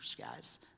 guys